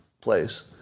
place